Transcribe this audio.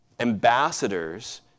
ambassadors